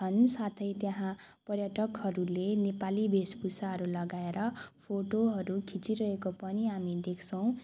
छन् साथै त्यहाँ पर्यटकहरूले नेपाली वेशभूषाहरू लगाएर फोटोहरू खिचिरहेको पनि हामी देख्छौँ